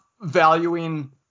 valuing